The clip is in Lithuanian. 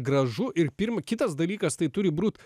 gražu ir pirma kitas dalykas tai turi būti